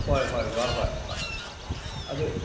ꯍꯣꯏ ꯍꯣꯏ ꯕꯕꯥ ꯍꯣꯏ ꯍꯣꯏ ꯑꯗꯨ